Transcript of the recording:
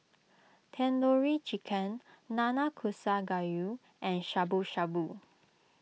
Tandoori Chicken Nanakusa Gayu and Shabu Shabu